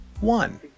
one